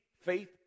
faith